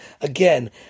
Again